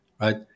right